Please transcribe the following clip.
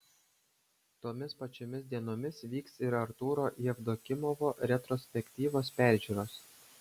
tomis pačiomis dienomis vyks ir artūro jevdokimovo retrospektyvos peržiūros